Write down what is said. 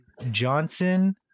johnson